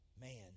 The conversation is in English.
Man